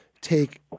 take